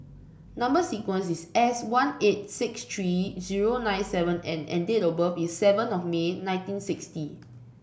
number sequence is S one eight six three zero nine seven N and date of birth is seven of May nineteen sixty